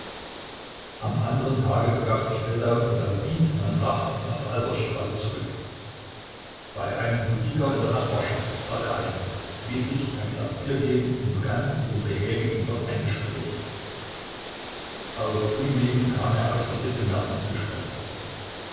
am anderen tage begab sich feldau in seiner dienstmann tracht nach der albertstraße zurück bei einem budiker in der nachbarschaft trat er ein ließ sich ein glas bier geben und begann mit dem behäbigen wirt ein gespräch auf umwegen kam er auf die witwe merten zu sprechen